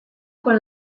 con